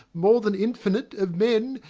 more than infinite, of men,